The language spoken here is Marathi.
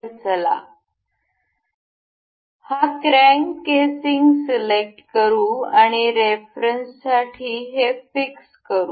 तर चला हा क्रॅंक केसिंग सिलेक्ट करू आणि रेफरन्स साठी हे फिक्स करू